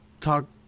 talk